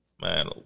Man